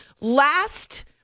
last